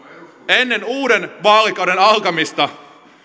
ennen uuden vaalikauden alkamista